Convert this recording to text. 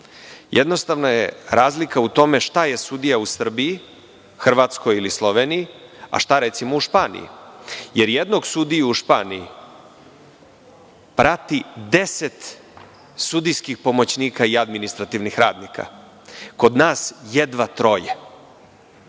Jednostavno je razlika u tome šta je sudija u Srbiji, Hrvatskoj ili Sloveniji, a šta recimo u Španiji. Jer, jednog sudiju u Španiji prati 10 sudijskih pomoćnika i administrativnih radnika, kod nas jedva troje.